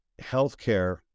healthcare